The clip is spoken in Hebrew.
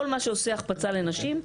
כל מה שעושה החפצה לנשים,